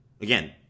again